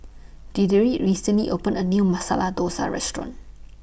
Deirdre recently opened A New Masala Dosa Restaurant